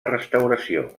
restauració